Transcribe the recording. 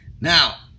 Now